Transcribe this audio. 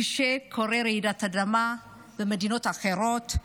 כשקורית רעידת אדמה במדינות אחרות,